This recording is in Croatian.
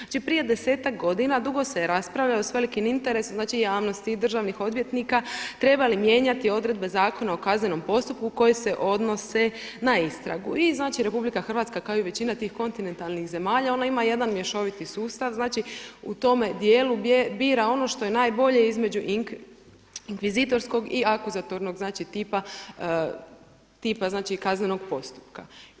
Znači, prije desetak godina dugo se je raspravljalo s velikim interesom, znači i javnosti i državnih odvjetnika treba li mijenjati odredbe Zakona o kaznenom postupku koje se odnose na istragu i znači, Republika Hrvatska kao i većina tih kontinentalnih zemalja ona ima jedan mješoviti sustav, znači, u tome dijelu gdje bira ono što je najbolje između inkvizitorskog i akuzatornog tipa kaznenog postupka.